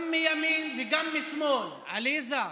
גם מימין וגם משמאל, עליזה,